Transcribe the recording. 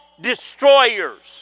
destroyers